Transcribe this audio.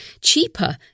cheaper